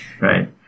right